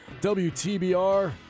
WTBR